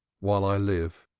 while i live.